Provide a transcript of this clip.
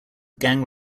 gang